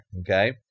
Okay